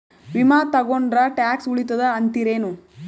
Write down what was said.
ವಿಮಾ ತೊಗೊಂಡ್ರ ಟ್ಯಾಕ್ಸ ಉಳಿತದ ಅಂತಿರೇನು?